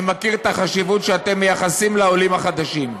אני מכיר את החשיבות שאתם מייחסים לעולים החדשים,